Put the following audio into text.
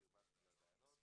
שהרבצנו לדיילות,